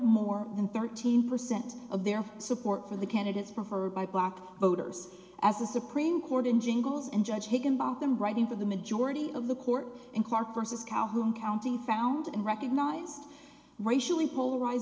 more than thirteen percent of their support for the candidates preferred by black voters as a supreme court in jingles in judge higginbotham writing for the majority of the court in clark vs calhoun county found and recognized racially polarized